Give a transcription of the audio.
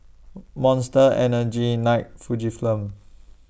Monster Energy Nike Fujifilm